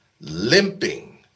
limping